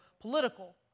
political